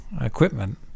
equipment